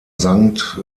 sankt